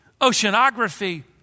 oceanography